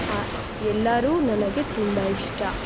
ಎಲ್ಲರೂ ನನಗೆ ತುಂಬ ಇಷ್ಟ